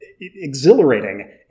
exhilarating